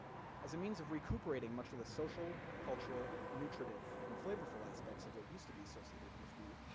as a means of recuperating much of the social, cultural, nutritive, and flavorful aspects of what used to be associated with wheat,